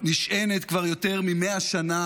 נשענת כבר יותר ממאה שנים